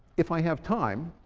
if i have time,